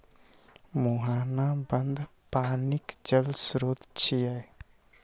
मुहाना बंद पानिक जल स्रोत छियै